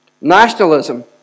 nationalism